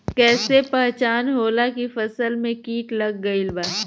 कैसे पहचान होला की फसल में कीट लग गईल बा?